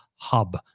hub